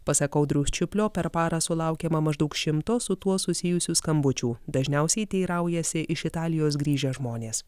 pasak audriaus čiuplio per parą sulaukiama maždaug šimto su tuo susijusių skambučių dažniausiai teiraujasi iš italijos grįžę žmonės